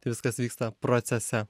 tai viskas vyksta procese